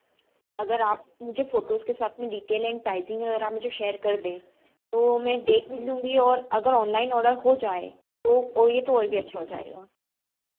अगर आप मुझे फोटोस के साथ में डिटेल एंड टाइपिंग अगर आप मुझे शेयर कर दें तो मैं देख भी लूँगी और अगर ऑनलाइन ऑर्डर हो जाए तो और वह तो और भी अच्छा हो जाएगा